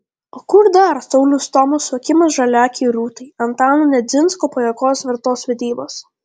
o kur dar sauliaus stomos suokimas žaliaakei rūtai antano nedzinsko pajuokos vertos vedybos